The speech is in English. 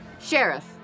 Sheriff